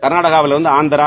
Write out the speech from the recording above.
கர்நாடகாவிலிருந்து Andhra